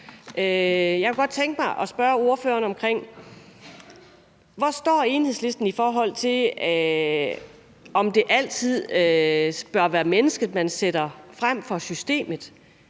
Jeg kunne godt tænke mig at spørge ordføreren om, hvor Enhedslisten står, i forhold til om det altid bør være mennesket, man sætter før systemet.